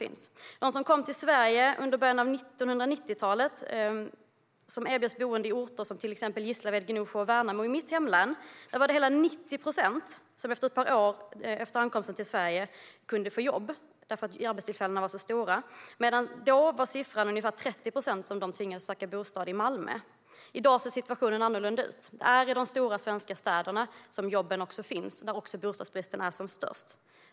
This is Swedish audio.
Av dem som kom till Sverige under början av 1990-talet och som erbjöds boende i orter som till exempel Gislaved, Gnosjö och Värnamo i mitt hemlän var det hela 90 procent som ett par år efter ankomsten till Sverige kunde få jobb tack vare att arbetstillfällena var så många. Siffran var ungefär 30 procent bland dem som tvingades att söka bostad i Malmö. I dag ser situationen annorlunda ut: Det är i de stora svenska städerna som jobben finns, och där är också bostadsbristen som störst.